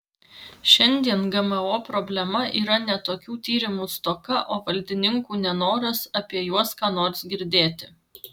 šiandien gmo problema yra ne tokių tyrimų stoka o valdininkų nenoras apie juos ką nors girdėti